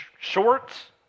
shorts